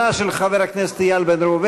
בחוק.